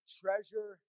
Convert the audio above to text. treasure